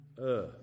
earth